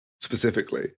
Specifically